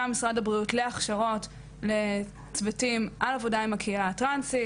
משרד הבריאות להכשרות לצוותים על עבודה עם הקהילה הטרנסית,